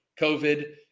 COVID